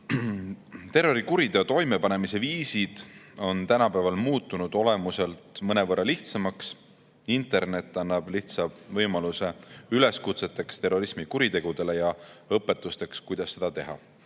Terrorikuriteo toimepanemise viisid on tänapäeval muutunud olemuselt mõnevõrra lihtsamaks. Internet annab lihtsa võimaluse üleskutseteks terrorismikuritegudele ja õpetusteks, kuidas seda teha.